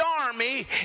army